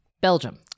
Belgium